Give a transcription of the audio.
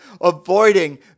avoiding